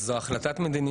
זו החלטת מדיניות.